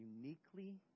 uniquely